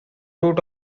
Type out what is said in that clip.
root